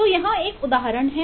तो यहाँ एक उदाहरण है